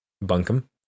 bunkum